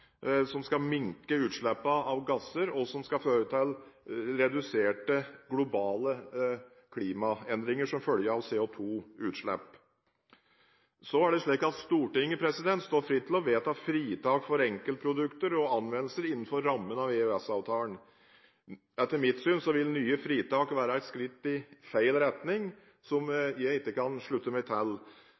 som er å minske utslippene av gasser, noe som vil redusere de globale klimaendringene. Stortinget står fritt til å vedta fritak for enkeltprodukter og anvendelser innenfor rammen av EØS-avtalen. Etter mitt syn vil nye fritak være et skritt i feil retning, som jeg ikke kan slutte meg til.